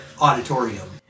auditorium